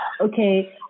okay